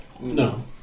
No